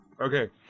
Okay